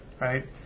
Right